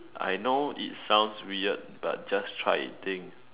I know it sounds weird but just try it thing